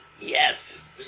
Yes